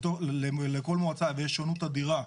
לכל מועצה יש שונות אדירה,